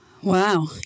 Wow